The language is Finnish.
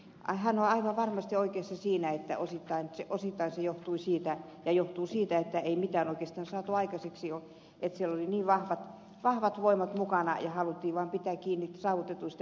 hän on aivan varmasti oikeassa siinä että osittain se johtuu siitä että ei mitään oikeastaan saatu aikaiseksi koska siellä olivat niin vahvat voimat mukana ja haluttiin vaan pitää kiinni saavutetuista eduista